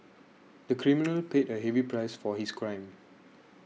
the criminal paid a heavy price for his crime